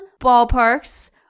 ballparks